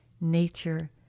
nature